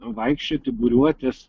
vaikščioti būriuotis